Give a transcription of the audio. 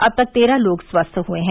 अब तक तेरह लोग स्वस्थ हुए हैं